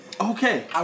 Okay